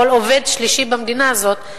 כל עובד שלישי במדינה הזאת,